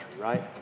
right